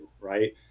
right